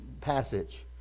passage